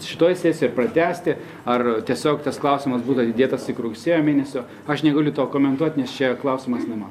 šitoj sesijoj pratęsti ar tiesiog tas klausimas būtų atidėtas iki rugsėjo mėnesio aš negaliu to komentuot nes čia klausimas ne ma